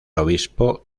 obispo